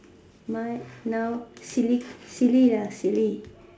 mine now silly silly lah silly